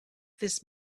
this